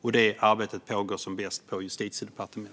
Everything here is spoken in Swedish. Det arbetet pågår som bäst på Justitiedepartementet.